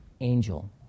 angel